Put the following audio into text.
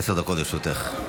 עשר דקות לרשותך.